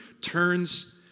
turns